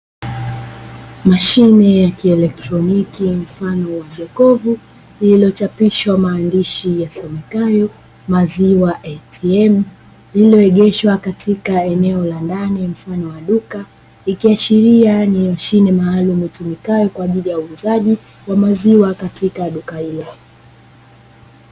Mashine ya kielektroniki mfano wa jokofu lililochapishwa maandishi yasomekayo maziwa "ATM", lililoegeshwa katika eneo la ndani mfano wa duka, ikiashiria ni mashine maalumu itumikayo kwa ajili ya uuzaji wa maziwa katika duka hilo.